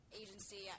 agency